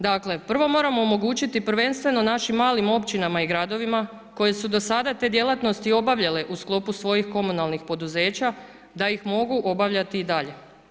Dakle, prvo moramo omogućiti prvenstveno našim malim općinama i gradovima koje su do sada te djelatnosti obavljale u sklopu svojim komunalnih poduzeća da ih mogu obavljati i dalje.